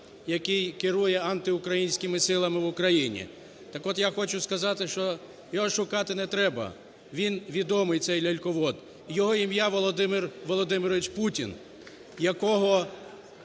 який керує антиукраїнськими силами в Україні. Так от, я хочу сказати, що його шукати не треба, він відомий цей ляльковод, його ім'я Володимир Володимирович Путін, якого